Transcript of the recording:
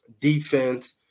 defense